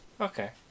Okay